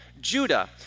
Judah